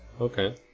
Okay